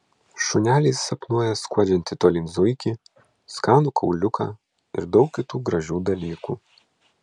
šuneliai sapnuoja skuodžiantį tolyn zuikį skanų kauliuką ir daug kitų gražių dalykų